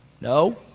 No